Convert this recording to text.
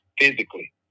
physically